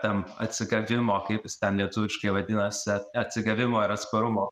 tam atsigavimo kaip ten lietuviškai vadinasi at atsigavimo ir atsparumo